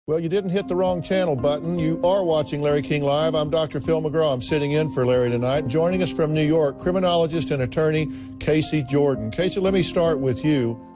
well you didn't hit the wrong channel button you are watching larry king live. i'm dr. phil mcgraw i'm sitting in for larry tonight. joining us from new york criminologist and attorney casey jordan. casey let me start with you.